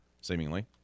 seemingly